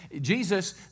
Jesus